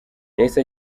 yahise